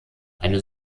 eine